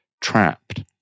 trapped